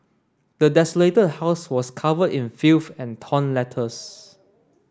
the desolated house was covered in filth and torn letters